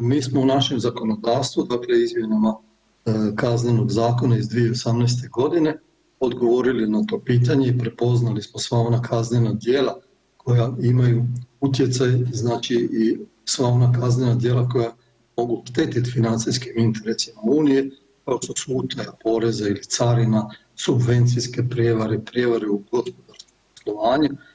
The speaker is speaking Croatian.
mi smo u našem zakonodavstvu, dakle izmjenama Kaznenog zakona iz 2018. g. odgovorili na to pitanje i prepoznali smo sva ona kaznena djela koja imaju utjecaj i znači sva ona kaznena djela koja mogu štetiti financijskim interesima Unije, kao što su utaja poreza ili carina, subvencijske prijevare, prijevare u gospodarskom poslovanju.